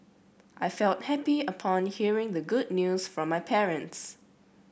I felt happy upon hearing the good news from my parents